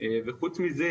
חוץ מזה,